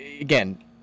again